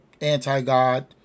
anti-god